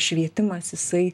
švietimas jisai